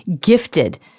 gifted